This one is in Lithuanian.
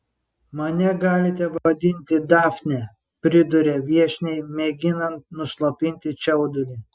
mane galite vadinti dafne priduria viešniai mėginant nuslopinti čiaudulį